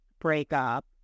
breakup